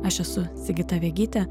aš esu sigita vegytė